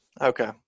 Okay